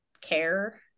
care